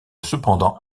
cependant